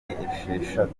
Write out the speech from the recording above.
esheshatu